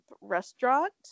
restaurant